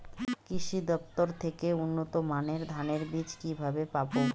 কৃষি দফতর থেকে উন্নত মানের ধানের বীজ কিভাবে পাব?